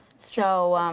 so um,